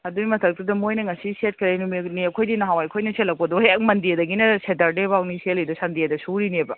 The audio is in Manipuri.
ꯑꯗꯨꯏ ꯃꯊꯛꯇꯨꯗ ꯃꯣꯏꯅ ꯉꯁꯤ ꯁꯦꯠꯈ꯭ꯔꯦ ꯑꯩꯈꯣꯏꯗꯤ ꯅꯍꯥꯟꯋꯥꯏ ꯑꯩꯈꯣꯏꯅ ꯁꯦꯠꯂꯛꯄꯗꯣ ꯍꯦꯛ ꯃꯟꯗꯦꯗꯒꯤꯅ ꯁꯦꯇꯔꯗꯦ ꯐꯥꯎꯅꯤ ꯁꯦꯠꯂꯤꯗꯣ ꯁꯟꯗꯦꯗ ꯁꯨꯔꯤꯅꯦꯕ